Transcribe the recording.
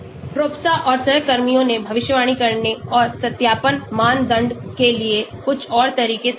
Tropsha और सहकर्मियों ने भविष्यवाणी करने और सत्यापन मानदंड के लिए कुछ और तरीके सुझाए